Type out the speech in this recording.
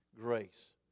Grace